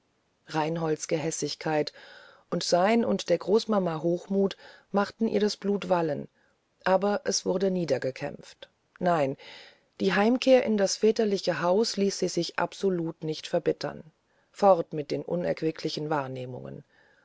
reinholds gehässigkeit und sein und der großmama hochmut machten ihr das blut wallen aber es wurde niedergekämpft nein die heimkehr in das väterliche haus ließ sie sich absolut nicht verbittern fort mit der unerquicklichen wahrnehmung